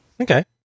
Okay